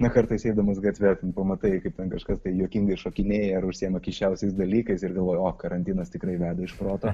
ne kartais eidamas gatve pamatai kaip ten kažkas tai juokingai šokinėja ar užsiima keisčiausiais dalykais ir galvoji o karantinas tikrai veda iš proto